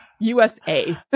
USA